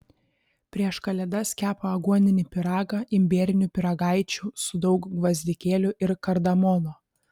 prieš kalėdas kepa aguoninį pyragą imbierinių pyragaičių su daug gvazdikėlių ir kardamono